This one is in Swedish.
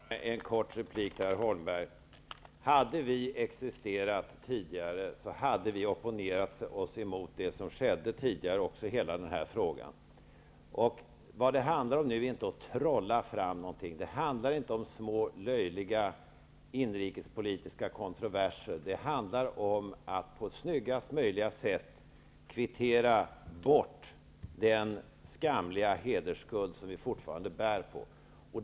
Fru talman! Jag vill ge en kort replik till herr Holmberg. Hade vi existerat tidigare, skulle vi ha opponerat oss mot det som tidigare skett i hela den här frågan. Vad det nu handlar om är inte att trolla fram någonting. Det handlar inte om små löjliga inrikespolitiska kontroverser. Det handlar om att på snyggast möjliga sätt kvittera bort den skamliga hedersskuld som vi fortfarande bär på.